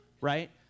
right